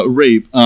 rape